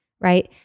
right